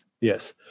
Yes